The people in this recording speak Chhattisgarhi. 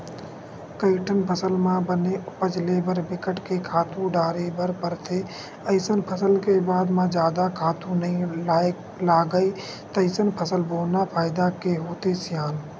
कइठन फसल म बने उपज ले बर बिकट के खातू डारे बर परथे अइसन फसल के बाद म जादा खातू नइ लागय तइसन फसल बोना फायदा के होथे सियान